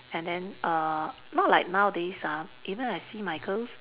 and then err not like nowadays ah even I see my girls